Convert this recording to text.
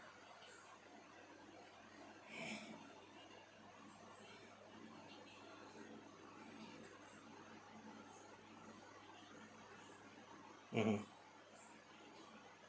mmhmm